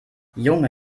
junge